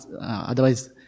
Otherwise